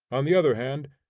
on the other hand,